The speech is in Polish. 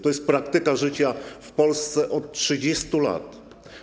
To jest praktyka życia w Polsce od 30 lat.